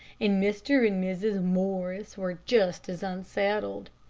and mr. and mrs. morris were just as unsettled.